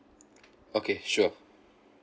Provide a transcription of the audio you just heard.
okay sure